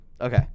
Okay